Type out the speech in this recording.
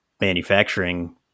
manufacturing